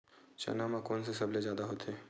चना म कोन से सबले जादा होथे?